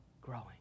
growing